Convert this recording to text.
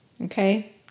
okay